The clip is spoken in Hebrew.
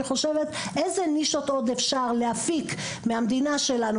ואני חושבת אילו נישות עוד אפשר להפיק מהמדינה שלנו,